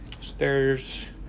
stairs